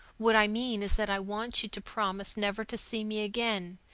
what i mean is that i want you to promise never to see me again,